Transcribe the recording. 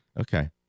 Okay